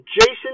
Jason